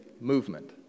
movement